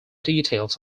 details